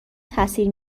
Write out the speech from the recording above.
تاثیر